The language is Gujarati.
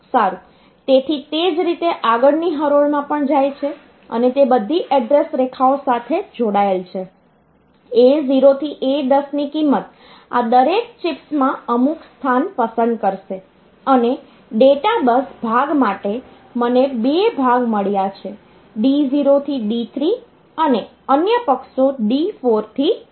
સારું તેથી તે જ રીતે આગળની હરોળમાં પણ જાય છે અને તે બધી એડ્રેસ રેખાઓ સાથે જોડાયેલ છે A0 થી A10 ની કિંમત આ દરેક ચિપ્સમાં અમુક સ્થાન પસંદ કરશે અને ડેટા બસ ભાગ માટે મને બે ભાગ મળ્યા છે D0 થી D3 અને અન્ય પક્ષો D4 થીD7